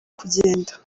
kugenda